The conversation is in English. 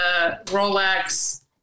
Rolex